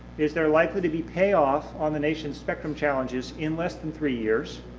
is there likely to be pay off on the nation's spectrum challenges in less than three years,